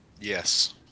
Yes